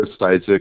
Isaac